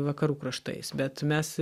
vakarų kraštais bet mes